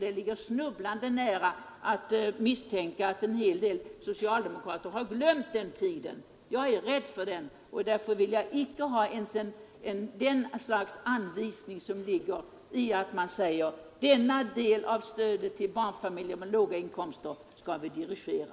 Det ligger snubblande nära att misstänka att en hel del socialdemokrater har glömt den tiden. Jag är rädd för den och vill icke ha det slags anvisning som ligger i att man säger: Denna del av stödet till barnfamiljer med låg inkomst skall vi dirigera.